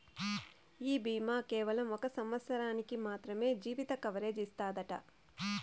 ఈ బీమా కేవలం ఒక సంవత్సరానికి మాత్రమే జీవిత కవరేజ్ ఇస్తాదట